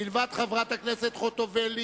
מלבד חברת הכנסת חוטובלי?